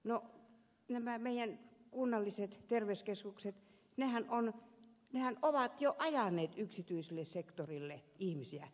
no nämä meidän kunnalliset terveyskeskuksemme ovat jo ajaneet yksityiselle sektorille ihmisiä